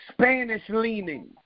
Spanish-leaning